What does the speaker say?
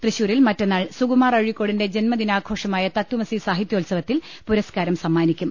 തൃശൂരിൽ മറ്റന്നാൾ സുകുമാർ അഴീക്കോടിന്റെ തത്വമസി സാഹിത്യോത്സവത്തിൽ പുരസ്കാരം സമ്മാനിക്കും